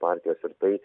partijos ir tai